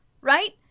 right